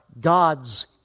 God's